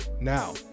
Now